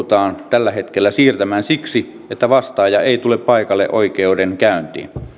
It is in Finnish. tällä hetkellä siirtämään siksi että vastaaja ei tule paikalle oikeudenkäyntiin